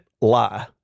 lie